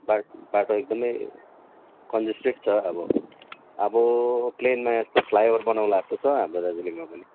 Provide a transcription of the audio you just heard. बाट बाटो एकदमै कन्जस्टेड छ अब अब प्लेनमा जस्तो फ्लाइओभर बनाउला जस्तो छ हाम्रो दार्जिलिङमा पनि